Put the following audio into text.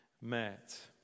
met